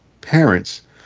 parents